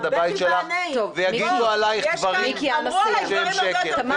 הבית שלך ויגידו עלייך דברים שהם שקר.